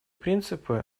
принципы